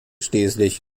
schließlich